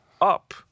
up